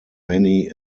many